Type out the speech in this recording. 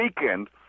weekend